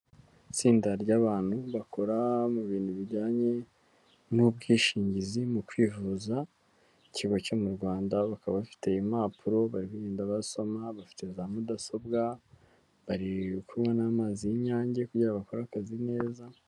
Itsinda ry'abantu bakora mu bintu bijyanye n'ubwishingizi mu kwivuza mu kigo cyo mu Rwanda, bakaba bafite impapuro bagenda basoma, bafite za mudasobwa, bari kunywa n'amazi y'inyange kugira ngo bakore akazi neza.